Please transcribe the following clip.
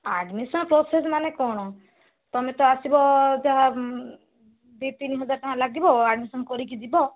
admission process ମାନେ କ'ଣ ତମେ ତ ଆସିବ ଯାହା ଦୁଇ ତିନି ହଜାର ଟଙ୍କା ଲାଗିବ ଆଡ଼ମିଶନ୍ କରିକି ଯିବ